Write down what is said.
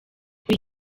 kuri